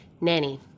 Nanny